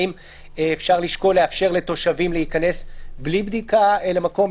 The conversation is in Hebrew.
האם אפשר לשקול לאפשר לתושבים להיכנס בלי בדיקה למקום,